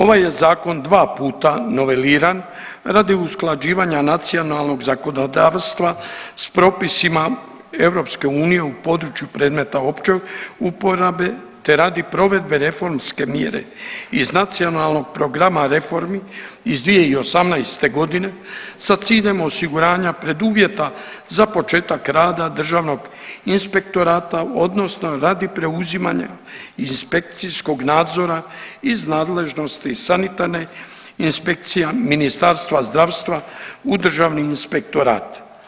Ovaj je zakon dva puta noveliran radi usklađivanja nacionalnog zakonodavstva s propisima EU u području predmeta opće uporabe, te radi provedbe reformske mjere iz Nacionalnog programa reformi iz 2018.g. sa ciljem osiguranja preduvjeta za početak rada državnog inspektorata odnosno radi preuzimanja iz inspekcijskog nadzora, iz nadležnosti sanitarne inspekcija, Ministarstva zdravstva u državni inspektorat.